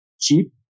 cheap